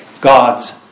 God's